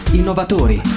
innovatori